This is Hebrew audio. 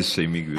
אני מבקש שתסיימי,